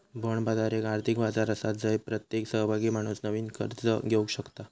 bond बाजार एक आर्थिक बाजार आसा जय प्रत्येक सहभागी माणूस नवीन कर्ज घेवक शकता